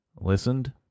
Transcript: listened